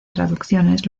traducciones